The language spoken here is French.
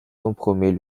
compromet